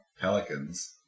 pelicans